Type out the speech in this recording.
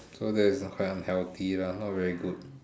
so that's quite unhealthy lah not very good